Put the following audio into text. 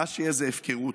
מה שיהיה זה הפקרות.